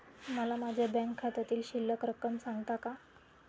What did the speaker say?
मला माझ्या बँक खात्यातील शिल्लक रक्कम सांगता का?